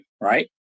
right